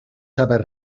saber